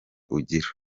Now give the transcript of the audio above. ugira